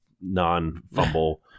non-fumble